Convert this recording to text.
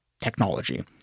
technology